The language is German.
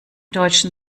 deutschen